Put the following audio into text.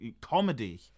comedy